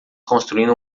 construindo